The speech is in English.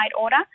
order